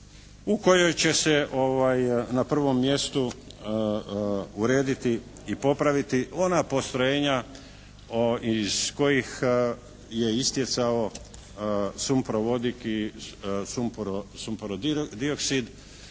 u kojoj će se na prvom mjestu urediti i popraviti ona postrojenja iz kojih je istjecao sumporovodik i sumporodioksid,